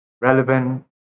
relevant